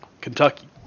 Kentucky